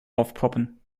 aufpoppen